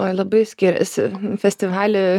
oi labai skiriasi festivaly